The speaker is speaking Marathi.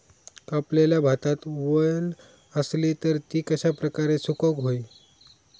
कापलेल्या भातात वल आसली तर ती कश्या प्रकारे सुकौक होई?